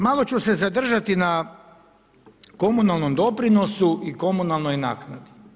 Malo ću se zadržati na komunalnom doprinosu i na komunalnoj naknadi.